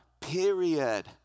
Period